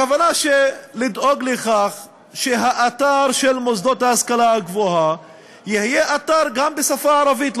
הכוונה לדאוג לכך שהאתר של המוסדות להשכלה הגבוהה יהיה גם בשפה הערבית,